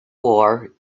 war